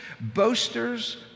boasters